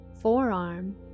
forearm